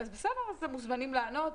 אז אתם מוזמנים לענות.